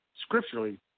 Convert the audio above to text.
scripturally